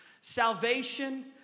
Salvation